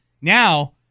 now